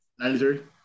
93